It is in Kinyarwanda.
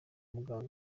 muganga